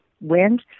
wind